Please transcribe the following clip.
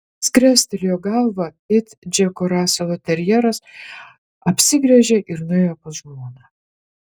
jis krestelėjo galvą it džeko raselo terjeras apsigręžė ir nuėjo pas žmoną